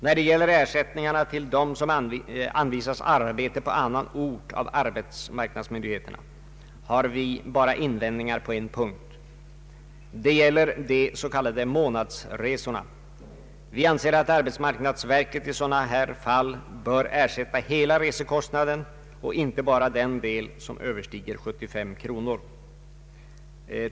När det gäller ersättningarna till dem som anvisas arbete på annan ort av arbetsmarknadsmyndigheterna har vi invändningar bara på en punkt. Det gäller de s.k. månadsresorna. Vi anser att arbetsmarknadsverket i sådana fall bör ersätta hela resekostnaden och inte endast den del som överstiger 75 kronor.